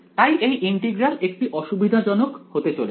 তাই এই ইন্টিগ্রাল একটু অসুবিধাজনক হতে চলেছে